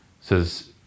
says